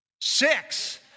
Six